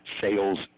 sales